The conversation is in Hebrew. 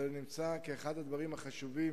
זה אחד הדברים החשובים